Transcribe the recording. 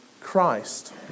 Christ